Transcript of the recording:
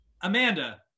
Amanda